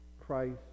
Christ